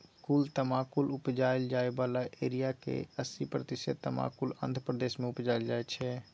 कुल तमाकुल उपजाएल जाइ बला एरियाक अस्सी प्रतिशत तमाकुल आंध्र प्रदेश मे उपजाएल जाइ छै